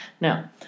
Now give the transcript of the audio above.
Now